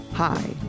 Hi